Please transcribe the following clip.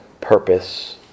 purpose